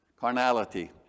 Carnality